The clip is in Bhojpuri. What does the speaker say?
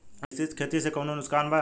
मिश्रित खेती से कौनो नुकसान बा?